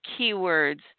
keywords